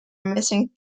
missing